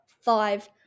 five